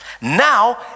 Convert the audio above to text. Now